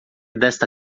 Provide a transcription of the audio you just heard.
desta